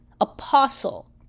apostle